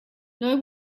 know